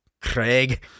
Craig